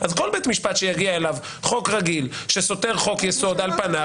אז כל בית משפט שיגיע אליו חוק רגיל שסותר חוק יסוד על פניו,